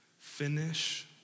finish